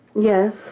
Yes